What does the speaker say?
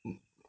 嗯